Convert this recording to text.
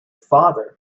father